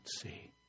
see